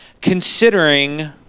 considering